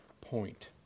point